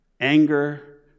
anger